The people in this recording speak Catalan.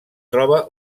troba